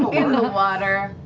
in the water.